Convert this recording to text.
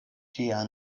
ĝia